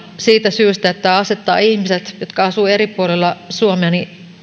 siitä syystä että tämä asettaa ihmiset jotka asuvat eri puolilla suomea